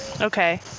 Okay